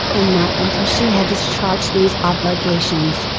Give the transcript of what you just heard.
and not until she had discharged these obligations,